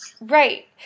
Right